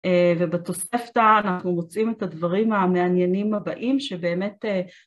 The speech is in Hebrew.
ובתוספתן אנחנו מוצאים את הדברים המעניינים הבאים שבאמת